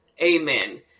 amen